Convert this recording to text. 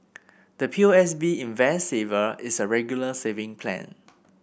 the P O S B Invest Saver is a Regular Saving Plan